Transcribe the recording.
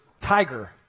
tiger